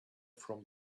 from